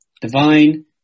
Divine